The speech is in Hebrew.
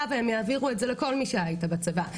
והם יעבירו את זה לכל מי שהיה איתה בצבא.